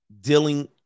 dealing